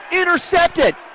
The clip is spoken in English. intercepted